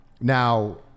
Now